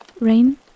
Rain